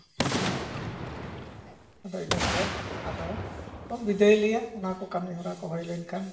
ᱟᱫᱚ ᱤᱱᱟᱹᱯᱚᱨ ᱟᱫᱚ ᱠᱚ ᱵᱤᱫᱟᱹᱭ ᱞᱮᱭᱟ ᱱᱚᱣᱟ ᱠᱚ ᱠᱟᱹᱢᱤ ᱦᱚᱨᱟ ᱠᱚ ᱦᱩᱭᱞᱮᱱᱠᱷᱟᱱ